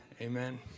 Amen